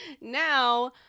now